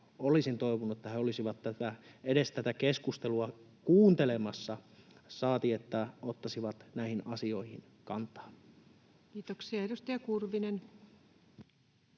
olisin toivonut, että perussuomalaiset olisivat edes tätä keskustelua kuuntelemassa, saati että ottaisivat näihin asioihin kantaa. Kiitoksia. — Edustaja Kurvinen.